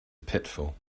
pitfall